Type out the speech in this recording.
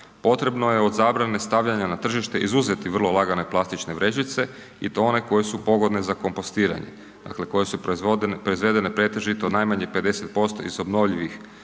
potrebno je od zabrane stavljanja na tržište izuzeti vrlo lagane plastične vrećice i to one koje su pogodne za kompostiranje, dakle koje su proizvedene pretežito najmanje 50% iz obnovljivih izvora